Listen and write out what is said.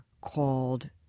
called